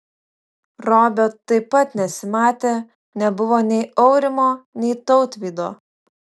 robio taip pat nesimatė nebuvo nei aurimo nei tautvydo